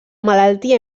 malaltia